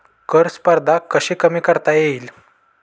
कर स्पर्धा कशी कमी करता येईल?